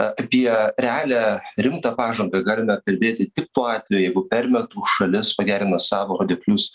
apie realią rimtą pažangą galime kalbėti tik tuo atveju jeigu per metus šalis pagerino savo rodiklius